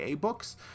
books